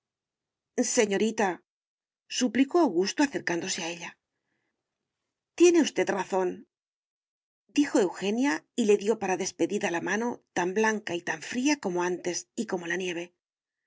señorita suplicó augusto acercándose a ella tiene usted razóndijo eugenia y le dio para despedida la mano tan blanca y tan fría como antes y como la nieve